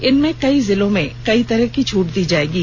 इनमें कई जिलों में कई तरह छूट दी जाएंगी